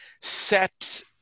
set